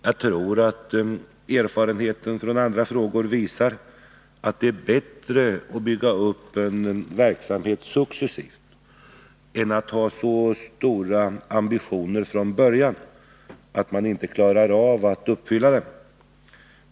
Jag tror att erfarenheten från andra frågor visar att det är bättre att bygga upp en verksamhet successivt än att ha så stora ambitioner från början, att man inte klarar av att uppfylla dem.